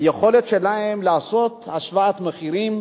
היכולת שלהן לעשות השוואת מחירים